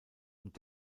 und